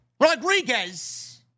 Rodriguez